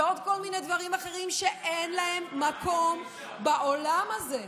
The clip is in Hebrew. ועוד כל מיני דברים אחרים שאין להם מקום בעולם הזה.